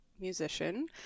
musician